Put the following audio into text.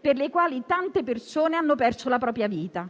per le quali tante persone hanno perso la propria vita.